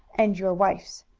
and your wife's.